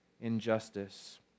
injustice